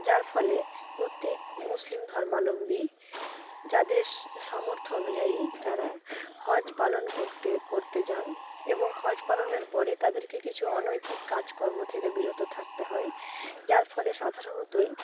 যার ফলে প্রত্যেক মুসলিম ধর্মলম্বী যাদের সামর্থ্য অনুযায়ী তারা হজ পালন করতে করতে যান এবং হজ পালনের পরে তাদেরকে কিছু অনৈতিক কাজকর্ম থেকে বিরত থাকতে হয় যার ফলে সাধারণতই